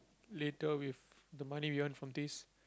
later with the money we earn from this